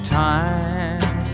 time